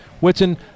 Whitson